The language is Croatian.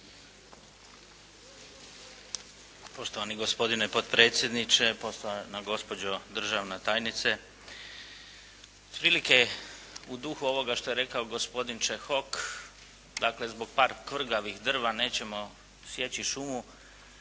Poštovani gospodine potpredsjedniče, poštovana gospođo državna tajnice. Otprilike u duhu ovoga što je rekao gospodin Čehok, dakle zbog par kvrgavih drva nećemo sjeći šumu